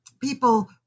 people